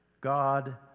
God